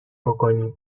بکینم